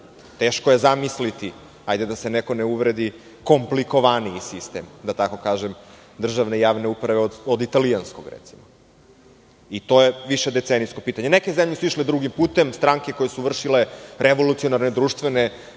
Teško je zamislite, hajde da se neko ne uvredi komplikovaniji sistem državne javne uprave od italijanskog, recimo. To je više decenijsko pitanje. Neke zemlje su išle drugim putem, stranke koje su vršile revolucionarne, društvene